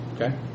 Okay